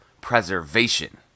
preservation